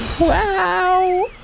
Wow